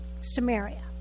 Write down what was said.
Samaria